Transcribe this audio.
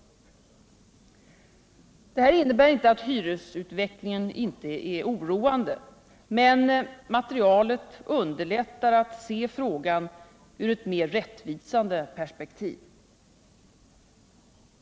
Detta innebär inte att hyresutvecklingen inte är oroande, men materialet underlättar att se frågan ur ett mer rättvisande perspektiv.